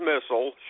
Missile